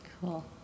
Cool